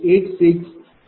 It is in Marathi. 86924आहे